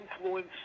influence